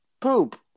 poop